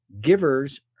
givers